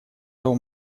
того